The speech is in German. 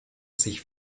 sich